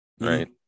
Right